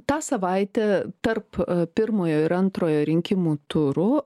ta savaitė tarp pirmojo ir antrojo rinkimų turų